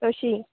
तशीं